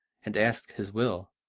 and asked his will.